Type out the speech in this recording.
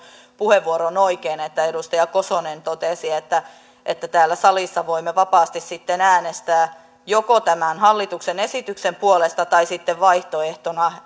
puheenvuoron oikein että edustaja kosonen totesi että että täällä salissa voimme vapaasti äänestää joko tämän hallituksen esityksen puolesta tai sitten vaihtoehtona